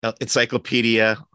encyclopedia